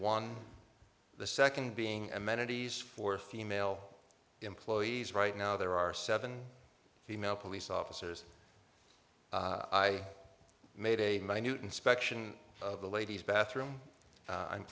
one the second being amenities for female employees right now there are seven female police officers i made a minute inspection of the ladies bathroom